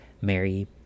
Mary